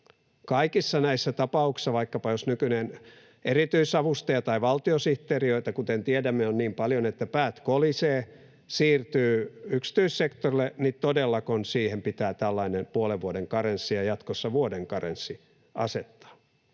kaikissa näissä tapauksissa, joissa vaikkapa nykyinen erityisavustaja tai valtiosihteeri — joita, kuten tiedämme, on niin paljon, että päät kolisevat — siirtyy yksityissektorille, pitää tällainen puolen vuoden karenssi ja jatkossa vuoden karenssi asettaa?